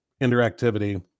interactivity